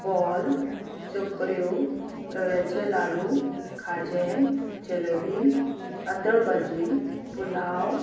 ball चकऱ्यो रव्याचे लाडू खाजें जलेबी पातळ भाजी पुलाव